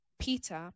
Peter